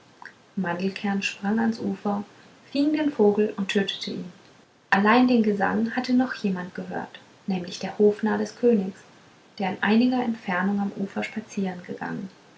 mandelkern sprang ans ufer fing den vogel und tötete ihn allein den gesang hatte noch jemand gehört nämlich der hofnarr des königs der in einiger entfernung am ufer spazierengegangen